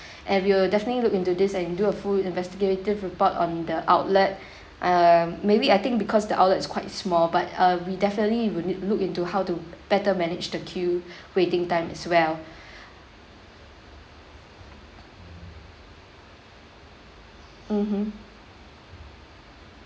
and we will definitely look into this and do a full investigative report on the outlet um maybe I think because the outlet is quite small but uh we definitely would need look into how to better manage the queue waiting time as well mmhmm